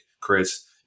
Chris